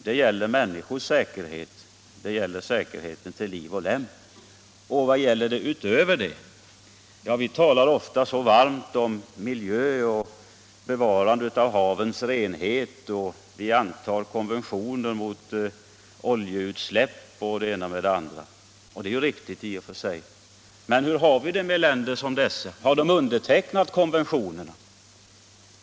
Det gäller människors säkerhet till liv och lem. Och vad gäller det mer? Vi talar ofta så varmt om miljön och bevarande av havens renhet, och vi antar konventioner mot oljeutsläpp m.m. Detta är riktigt i och för sig. Men hur är det med de länder som har undertecknat konventionerna?